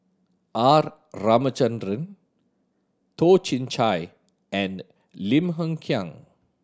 R Ramachandran Toh Chin Chye and Lim Hng Kiang